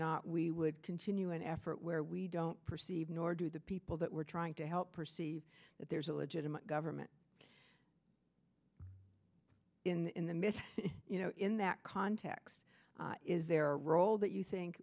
not we would continue an effort where we don't perceive nor do the people that we're trying to help perceive that there's a legitimate government in the midst you know in that context is their role that you think